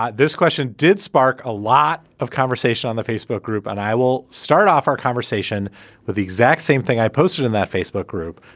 this question did spark a lot of conversation on the facebook group and i will start off our conversation with the exact same thing i posted in that facebook group,